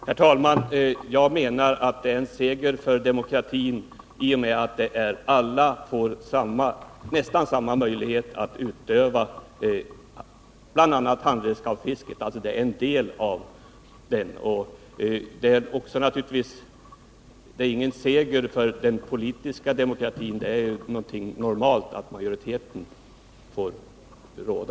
Herr talman! Jag menar att det är en seger för demokratin i och med att alla får nästan samma möjlighet att utöva bl.a. handredskapsfiske. Det är ingen seger för den politiska demokratin — det är normalt att majoriteten får råda.